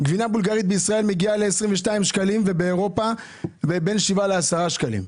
גבינה בולגרית בישראל מגיעה ל-22 שקלים ובאירופה בין 7 ל-10 שקלים.